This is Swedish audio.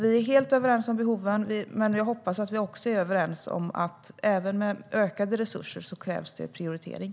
Vi är helt överens om behoven, och jag hoppas att vi också är överens om att det även med ökade resurser krävs prioritering.